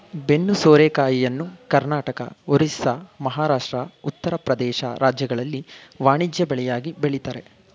ಬೆನ್ನು ಸೋರೆಕಾಯಿಯನ್ನು ಕರ್ನಾಟಕ, ಒರಿಸ್ಸಾ, ಮಹಾರಾಷ್ಟ್ರ, ಉತ್ತರ ಪ್ರದೇಶ ರಾಜ್ಯಗಳಲ್ಲಿ ವಾಣಿಜ್ಯ ಬೆಳೆಯಾಗಿ ಬೆಳಿತರೆ